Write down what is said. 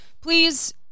please